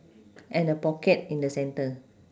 and a pocket in the centre